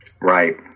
Right